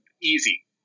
easy